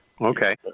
Okay